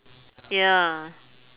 ya